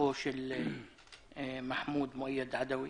הירצחו של מחמוד מועאיד עדוי.